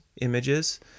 images